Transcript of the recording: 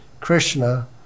Krishna